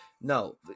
no